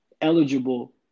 eligible